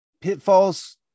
pitfalls